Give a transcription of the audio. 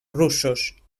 russos